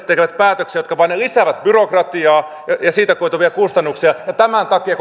tekevät päätöksiä jotka vain lisäävät byrokratiaa ja siitä koituvia kustannuksia ja tämän takia